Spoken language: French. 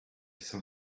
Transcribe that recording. cinq